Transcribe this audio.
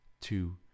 two